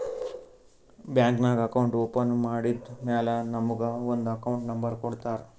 bank ನಾಗ್ account open ಮಾಡದ್ದ್ ಮ್ಯಾಲ ನಮುಗ ಒಂದ್ ಅಕೌಂಟ್ ನಂಬರ್ ಕೊಡ್ತಾರ್